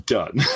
Done